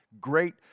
Great